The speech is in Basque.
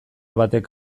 batek